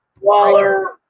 Waller